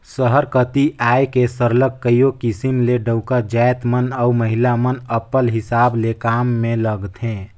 सहर कती आए के सरलग कइयो किसिम ले डउका जाएत मन अउ महिला मन अपल हिसाब ले काम में लगथें